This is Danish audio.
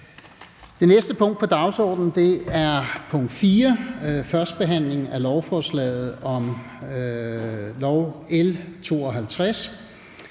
Det næste punkt på dagsordenen er: 6) 1. behandling af lovforslag nr. L